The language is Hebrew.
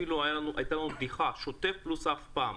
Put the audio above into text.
אפילו הייתה לנו בדיחה: שוטף פלוס אף פעם.